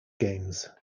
games